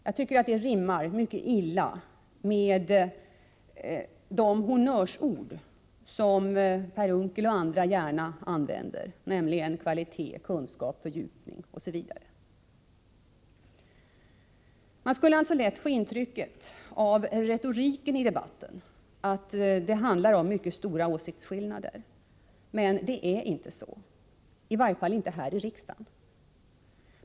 Jag tycker att det rimmar mycket illa med de honnörsord som Per Unckel och andra gärna använder, nämligen kvalitet, kunskap, fördjupning osv. Man kan alltså lätt få intycket av retoriken i debatten att det handlar om mycket stora åsiktsskillnader, men det är inte så, i varje fall inte här i riksdagen.